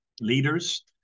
leaders